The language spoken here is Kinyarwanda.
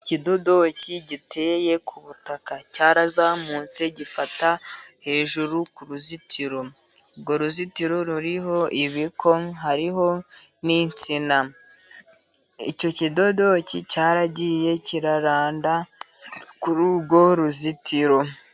Ikidodoki giteye ku butaka cyarazamutse gifata hejuru ku ruzitiro , urwo ruzitiro ruriho ibiko hariho insina , icyo kidodoki cyaragiye kiraranda kuri urwo ruzitiro.